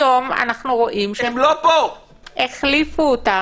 היום אנחנו רואים שהחליפו אותם.